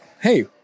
hey